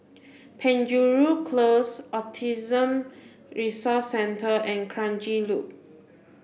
Penjuru Close Autism Resource Centre and Kranji Loop